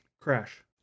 crash